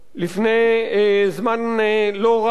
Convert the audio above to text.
לפני זמן לא רב